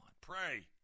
Pray